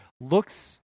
looks